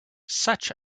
such